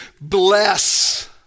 bless